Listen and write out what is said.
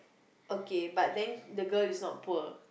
okay but then the girl is not poor